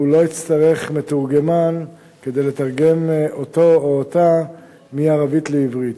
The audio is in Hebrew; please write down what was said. הוא לא יצטרך מתורגמן כדי לתרגם אותו או אותה מערבית לעברית.